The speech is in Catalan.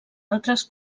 altres